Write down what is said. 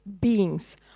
beings